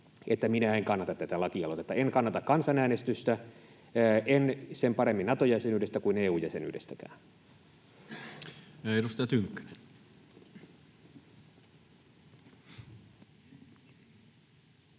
minä en kannata tätä lakialoitetta. En kannata kansanäänestystä, en sen paremmin Nato-jäsenyydestä kuin EU-jäsenyydestäkään. [Speech